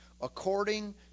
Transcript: according